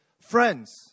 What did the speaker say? friends